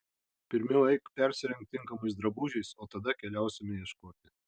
pirmiau eik persirenk tinkamais drabužiais o tada keliausime ieškoti